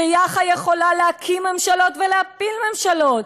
שיאח"ה יכולה להקים ממשלות ולהפיל ממשלות.